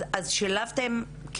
אז שילבתם.